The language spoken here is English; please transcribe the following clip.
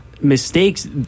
mistakes